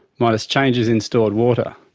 minus changes in stored water.